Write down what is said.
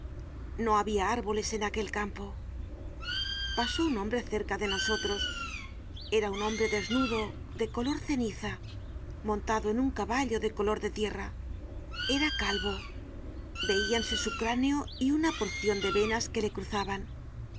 no habia árboles en aquel campo content from google book search generated at pasó un hombre cerca de nosotros era un hombre desnudo de color de ceniza montado en un caballo de color de tierra era calvo veíanse su cráneo y una porcion de venas que le cruzaban